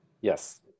Yes